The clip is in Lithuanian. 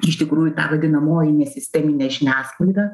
iš tikrųjų ta vadinamoji nesisteminė žiniasklaida